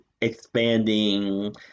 expanding